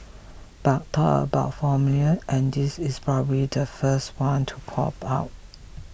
but talk about formulae and this is probably the first one to pop up